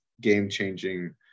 game-changing